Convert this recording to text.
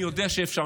אני יודע שאפשר.